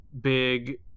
big